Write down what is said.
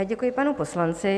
Děkuji panu poslanci.